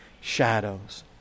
shadows